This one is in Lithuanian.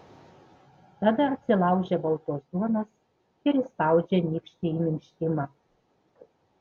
tada atsilaužia baltos duonos ir įspaudžia nykštį į minkštimą